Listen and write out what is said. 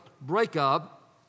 breakup